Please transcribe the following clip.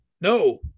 No